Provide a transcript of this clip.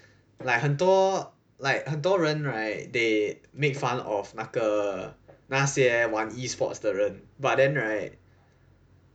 like 很多 like 很多人 right they make fun of 那个那些玩 E sports 的人 but then right